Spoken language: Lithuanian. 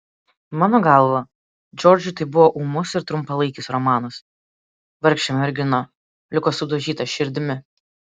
mano galva džordžui tai buvo ūmus ir trumpalaikis romanas vargšė mergina liko sudaužyta širdimi